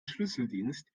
schlüsseldienst